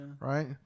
right